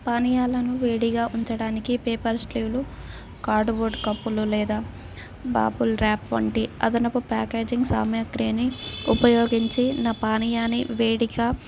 పానీయాలను వేడిగా ఉంచడానికి పేపర్ స్లేఫ్లో కార్డుబోర్డ్ కప్పులు లేదా బాబుల్ ర్యాప్ వంటి అదనుపు ప్యాకేజింగ్ సామగ్రిని ఉపయోగించి నా పానీయాని వేడిగా